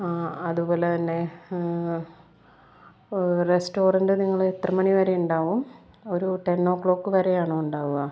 ആ അതുപോലെ തന്നെ റെസ്റ്റോറൻറ്റ് നിങ്ങൾ എത്ര മണി വരെയുണ്ടാവും ഒരു ടെണ്ണോ ക്ലോക്ക് വരെയാണോ ഉണ്ടാവുക